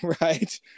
right